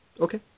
Okay